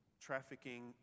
trafficking